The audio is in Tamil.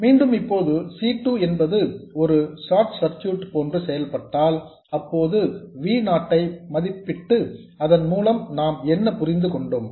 மீண்டும் இப்போது C 2 என்பது ஒரு ஷார்ட் சர்க்யூட் போன்று செயல்பட்டால் அப்போது V நாட் ஐ மதிப்பிட்டு அதன் மூலம் நாம் என்ன புரிந்து கொண்டோம்